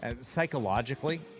Psychologically